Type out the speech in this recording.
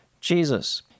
Jesus